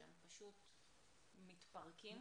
שפשוט מתפרקים.